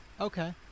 Okay